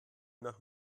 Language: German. nach